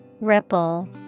Ripple